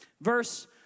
Verse